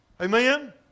Amen